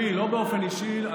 עזבי, לא באופן אישי.